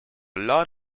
lot